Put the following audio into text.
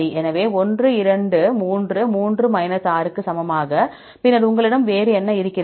எனவே 1 2 3 3 6 க்கு சமமாக பின்னர் உங்களிடம் வேறு என்ன இருக்கிறது